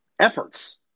efforts